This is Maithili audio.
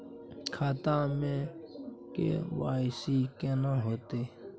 खाता में के.वाई.सी केना होतै?